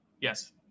yes